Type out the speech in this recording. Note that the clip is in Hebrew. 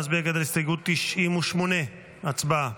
נצביע כעת על הסתייגות 98. הצבעה.